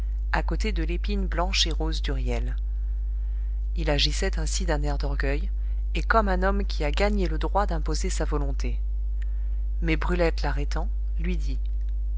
à côté de l'épine blanche et rose d'huriel il agissait ainsi d'un air d'orgueil et comme un homme qui a gagné le droit d'imposer sa volonté mais brulette l'arrêtant lui dit